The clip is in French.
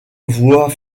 voie